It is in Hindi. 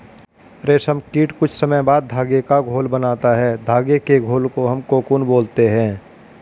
रेशम कीट कुछ समय बाद धागे का घोल बनाता है धागे के घोल को हम कोकून बोलते हैं